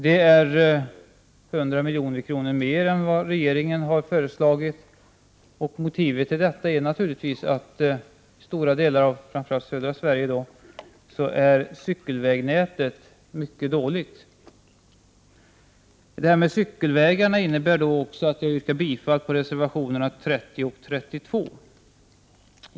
Det är 100 milj.kr. mer än vad regeringen har föreslagit. Motivet är naturligtvis att cykelvägnätet är mycket dåligt i stora delar av framför allt södra Sverige. Det här med cykelvägarna innebär att jag yrkar bifall till reservationerna 30 och 32.